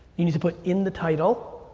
you need to put in the title.